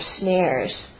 snares